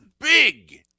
big